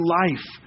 life